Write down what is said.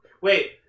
Wait